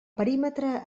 perímetre